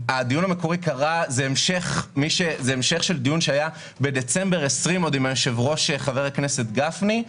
זה המשך של דיון שהיה בדצמבר 2020 עם היושב-ראש חבר הכנסת גפני,